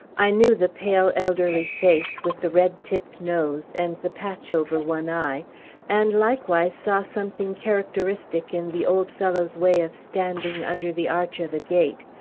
i knew the pale, elderly face, with the red-tipt nose, and the patch over one eye and likewise saw something characteristic in the old fellow's way of standing under the arch of a gate,